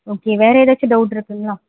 okay வேறு ஏதாச்சும் doubt இருக்குதுங்களா